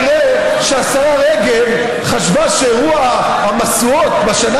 נראה שהשרה רגב חשבה שאירוע המשואות בשנה